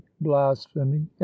blasphemy